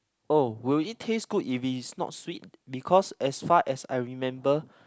oh will it taste good if it is not sweet because as far as I remember